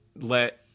let